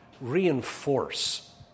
reinforce